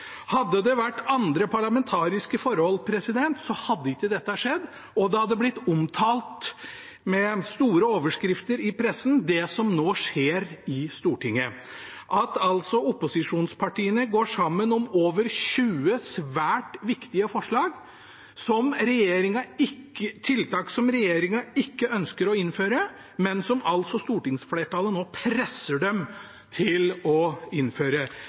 Hadde det vært andre parlamentariske forhold, hadde ikke dette skjedd, og det som nå skjer i Stortinget, hadde blitt omtalt med store overskrifter i pressen – altså at opposisjonspartiene går sammen om over 20 svært viktige forslag, tiltak som regjeringen ikke ønsker å innføre, men som stortingsflertallet nå presser dem til å innføre.